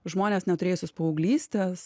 žmones neturėjusius paauglystės